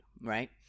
right